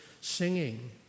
singing